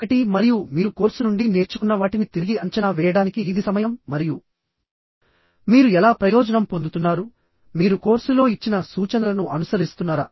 ఒకటి మరియు మీరు కోర్సు నుండి నేర్చుకున్న వాటిని తిరిగి అంచనా వేయడానికి ఇది సమయం మరియు మీరు ఎలా ప్రయోజనం పొందుతున్నారు మీరు కోర్సులో ఇచ్చిన సూచనలను అనుసరిస్తున్నారా